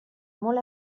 molt